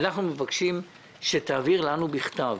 אנחנו מבקשים שתעביר לנו בכתב,